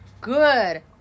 good